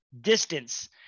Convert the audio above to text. distance